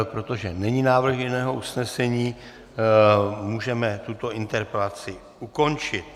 Protože není návrh jiného usnesení, můžeme tuto interpelaci ukončit.